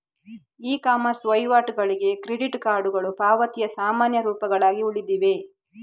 E commerce ವಹಿವಾಟುಗಳಿಗೆ credit ಕಾರ್ಡುಗಳು ಪಾವತಿಯ ಸಾಮಾನ್ಯ ರೂಪಗಳಾಗಿ ಉಳಿದಿವೆ